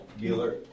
dealer